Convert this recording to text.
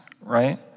right